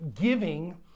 giving